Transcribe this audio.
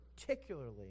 particularly